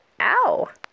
Ow